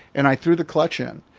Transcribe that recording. and i threw the clutch in.